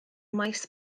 maes